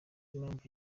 impamvu